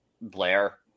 Blair